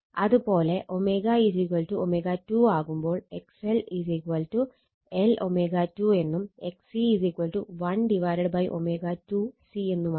അത് പോലെ ω ω2 ആകുമ്പോൾ XL L ω2 എന്നും XC 1ω2 C എന്നുമാകും